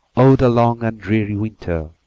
oh the long and dreary winter!